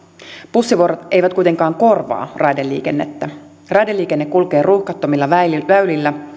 bussivuorot eivät kuitenkaan korvaa raideliikennettä raideliikenne kulkee ruuhkattomilla väylillä väylillä